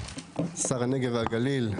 שר האנרגיה והגליל.